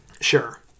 Sure